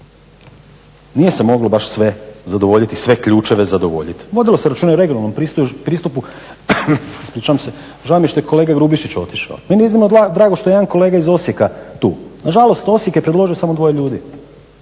Nije se baš moglo sve zadovoljiti sve ključeve zadovoljiti. Vodilo se računa i o regionalnom pristupu. Žao mi je što je kolega Grubišić otišao, meni je iznimno drago što jedan kolega iz Osijeka tu, nažalost Osijek je predložio samo dvoje ljudi.